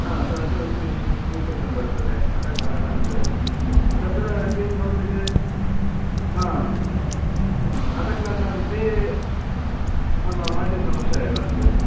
स्वीकृतं वर्तते अतः कारणात् तत्र किं भवति चेत् आम् अतः कारणात् ते आम् आम् महती समस्या एव तत्